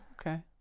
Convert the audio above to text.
okay